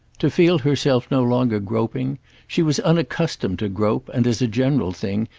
to feel herself no longer groping she was unaccustomed to grope and as a general thing,